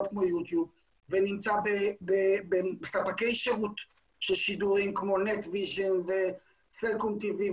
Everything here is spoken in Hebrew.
כמו יו-טיוב ונמצא בספקי שירות של שידורים כמו נטויז'ן וסלקום טי.וי.